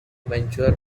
ventured